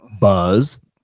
Buzz